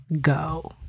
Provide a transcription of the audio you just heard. go